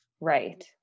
Right